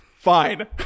Fine